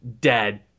dead